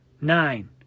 nine